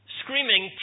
screaming